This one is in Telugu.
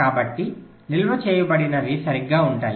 కాబట్టి నిల్వ చేయబడినవి సరిగ్గా ఉంటాయి